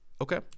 Okay